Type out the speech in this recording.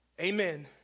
amen